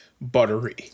buttery